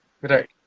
Right